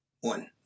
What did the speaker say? One